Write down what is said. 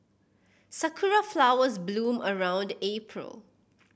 sakura flowers bloom around April